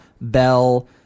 Bell